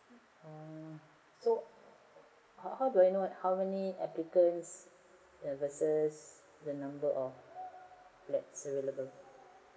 err so how how do I know how many applicants versus the number of flats available